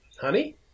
Honey